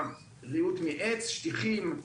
מעץ, שטיחים,